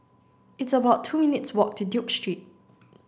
it's about two minutes' walk to Duke Street